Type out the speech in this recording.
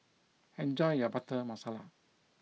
enjoy your Butter Masala